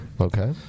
Okay